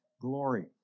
glory